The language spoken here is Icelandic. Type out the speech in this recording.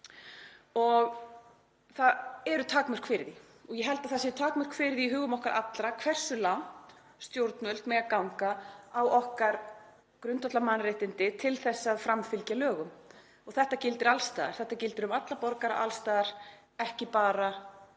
og það eru takmörk fyrir því og ég held að það séu takmörk fyrir því í hugum okkar allra hversu langt stjórnvöld mega ganga á okkar grundvallarmannréttindi til að framfylgja lögum og þetta gildir alls staðar. Þetta gildir um alla borgara alls staðar, ekki bara um